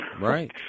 right